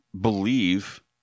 believe